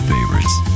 Favorites